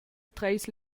treis